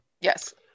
Yes